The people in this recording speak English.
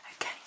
Okay